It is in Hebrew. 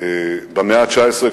במאה ה-19,